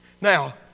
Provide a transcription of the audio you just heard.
Now